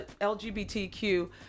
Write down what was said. lgbtq